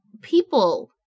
people